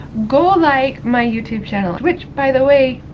go like my youtube channel, which by the way,